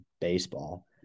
baseball